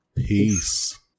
Peace